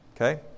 Okay